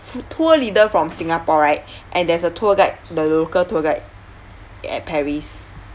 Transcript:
tour leader from singapore right and there's a tour guide the local tour guide at paris